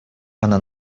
она